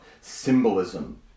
symbolism